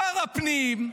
שר הפנים,